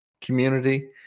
community